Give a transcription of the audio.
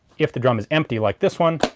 if the drum is empty like this one,